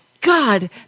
God